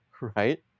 Right